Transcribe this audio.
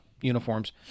uniforms